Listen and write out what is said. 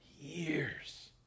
years